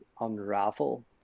unravel